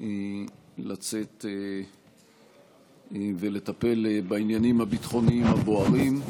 לצאת ולטפל בעניינים הביטחוניים הבוערים.